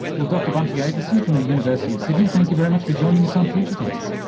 well, dr bunty avieson from the university of sydney, thank you very much for joining us on future tense.